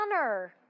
honor